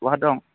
बहा दं